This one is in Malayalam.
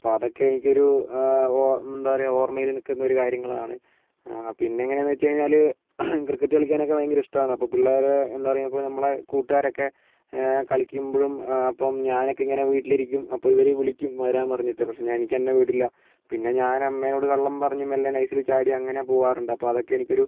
അപ്പം അതക്കെ എനിക്കൊരു എന്താ പറയാ ഓർമ്മേൽ നിൽക്കുന്ന ഒരു കാര്യങ്ങളാണ് ആ പിന്നെ എങ്ങനേന്ന് വച്ച് കഴിഞ്ഞാൽ ക്രിക്കറ്റ് കളിക്കാനൊക്കെ ഭയങ്കര ഇഷ്ടാണ് അപ്പം പിള്ളേരെ എന്താ പറയാ അപ്പം നമ്മുടെ കൂട്ടുകാരൊക്കെ കളിക്കുമ്പഴും അപ്പം ഞാനൊക്കെ ഇങ്ങനെ വീട്ടിലിരിക്കും അപ്പോൾ ഇവർ വിളിക്കും വരാൻ പറഞ്ഞിട്ട് പക്ഷേ എനിക്ക് എന്നെ വിടില്ല പിന്നെ ഞാന് അമ്മേനോട് കള്ളം പറഞ്ഞ് മെല്ലെ നൈസിൽ ചാടി അങ്ങനെ പോകാറുണ്ട് അപ്പം അതൊക്കെ എനിക്കൊരു